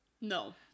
no